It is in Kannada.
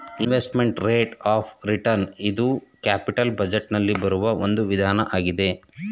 ಇನ್ವೆಸ್ಟ್ಮೆಂಟ್ ರೇಟ್ ಆಫ್ ರಿಟರ್ನ್ ಇದು ಕ್ಯಾಪಿಟಲ್ ಬಜೆಟ್ ನಲ್ಲಿ ಬರುವ ಒಂದು ವಿಧಾನ ಆಗಿದೆ